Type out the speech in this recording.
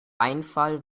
einfall